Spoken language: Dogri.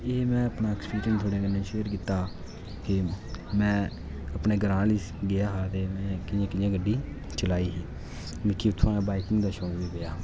ते एह् में अक्सपिरियंस थुहाड़े कन्नै शैयर कीता कि में अपने ग्रांऽ आह्ली गेआ हा ते कि'यां कि'यां गड्डी चलाई ही मिकी उत्थुआं बाइकिंग दा शौक पेआ